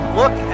look